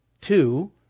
two